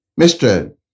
Mr